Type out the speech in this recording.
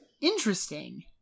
Interesting